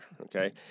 okay